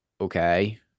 okay